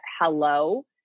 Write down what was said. hello